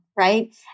Right